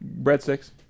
Breadsticks